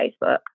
Facebook